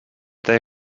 they